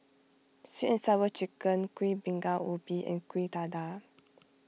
Sweet and Sour Chicken Kuih Bingka Ubi and Kuih Dadar